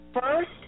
first